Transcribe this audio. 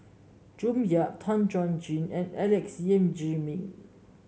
June Yap Tan Chuan Jin and Alex Yam Ziming